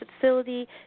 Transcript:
facility